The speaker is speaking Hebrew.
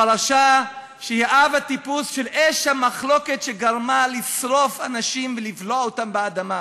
הפרשה שהיא אב הטיפוס של אש המחלוקת שגרמה שאנשים נשרפו ונבלעו באדמה.